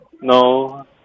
No